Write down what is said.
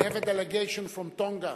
We have a delegation from Tonga.